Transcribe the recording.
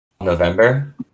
November